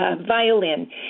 Violin